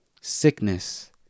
sickness